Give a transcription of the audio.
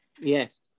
Yes